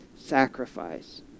sacrifice